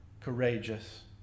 courageous